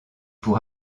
pour